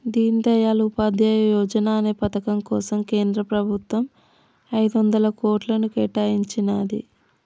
దీన్ దయాళ్ ఉపాధ్యాయ యోజనా అనే పథకం కోసం కేంద్ర ప్రభుత్వం ఐదొందల కోట్లను కేటాయించినాది